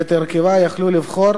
שאת הרכבה יוכלו לבחור,